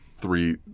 three